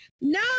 No